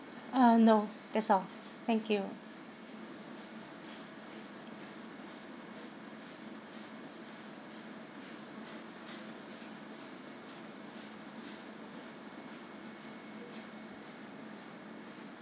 uh no that's all thank you